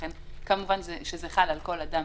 ולכן כמובן שזה חל על כל אדם